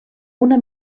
una